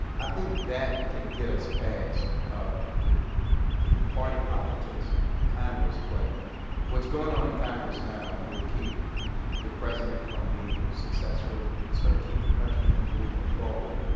i think that can get us past the the party politics of congress. but what's going on in congress now will keep the president from being successful. it's going to keep the country from moving forward.